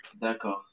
D'accord